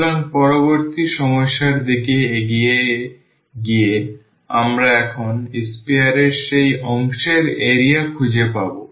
সুতরাং পরবর্তী সমস্যার দিকে এগিয়ে গিয়ে আমরা এখন sphere এর সেই অংশের এরিয়া খুঁজে পাব